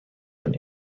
than